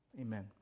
Amen